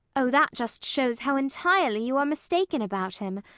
oh, that just shows how entirely you are mistaken about him.